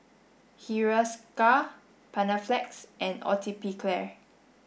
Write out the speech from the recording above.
Hiruscar Panaflex and Atopiclair